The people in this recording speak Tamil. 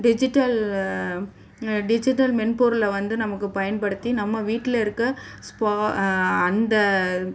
டிஜிட்டல் டிஜிட்டல் மென்பொருளை வந்து நமக்கு பயன்படுத்தி நம்ம வீட்டில் இருக்க ஸ்போ அந்த